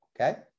Okay